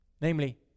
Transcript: namely